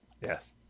Yes